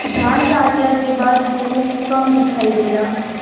धान काटला के बाद धूप कम दिखाई देला